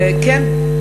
וכן,